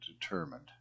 determined